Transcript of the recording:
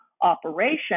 operation